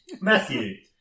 Matthew